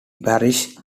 parish